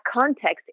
context